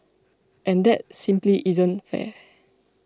and that simply isn't fair